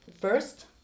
First